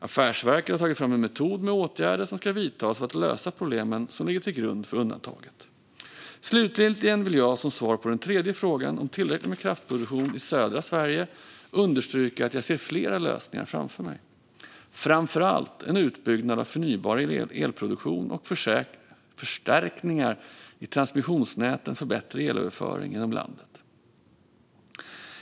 Affärsverket har tagit fram en metod med åtgärder som ska vidtas för att lösa problemen som ligger till grund för undantaget. Slutligen vill jag som svar på den tredje frågan om tillräckligt med kraftproduktion i södra Sverige understryka att jag ser flera lösningar framför mig, framför allt en utbyggnad av förnybar elproduktion och förstärkningar i transmissionsnäten för bättre elöverföring genom landet.